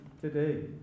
today